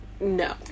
No